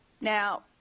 Now